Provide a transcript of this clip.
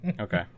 Okay